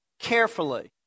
carefully